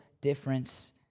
difference